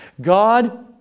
God